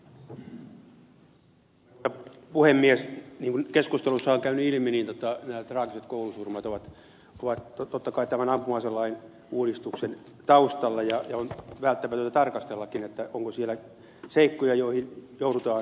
niin kuin nyt keskustelussa on käynyt ilmi niin nämä traagiset koulusurmat ovat totta kai tämän ampuma aselain uudistuksen taustalla ja on välttämätöntä tarkastellakin onko siellä seikkoja joihin joudutaan puuttumaan